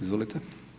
Izvolite.